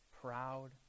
proud